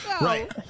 Right